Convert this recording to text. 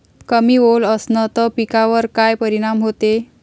कमी ओल असनं त पिकावर काय परिनाम होते?